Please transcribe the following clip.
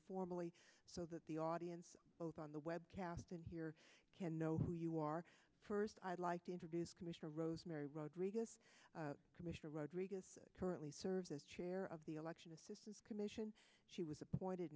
formally so that the audience both on the webcast and here can know who you are first i'd like to introduce commissioner rosemary rodriguez commissioner rodriguez currently serves as chair of the election assistance commission she was appointed